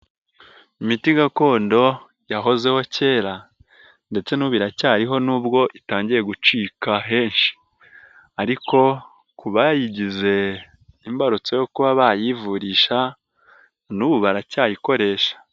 Imiti gakondo yahozeho kera ndetse n'ubu iracyariho nubwo itangiye gucika henshi ariko ku bayigize imbarutso yo kuba bayivurisha n'ubu baracyayikoresha.